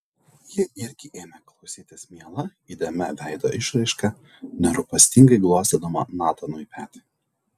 ji irgi ėmė klausytis miela įdėmia veido išraiška nerūpestingai glostydama natanui petį